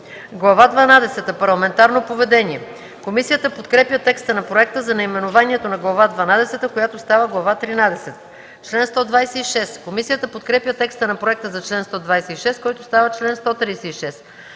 – Парламентарно поведение”. Комисията подкрепя текста на проекта за наименованието на Глава дванадесета, която става Глава тринадесета. Комисията подкрепя текста на проекта за чл. 126, който става чл. 136.